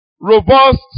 robust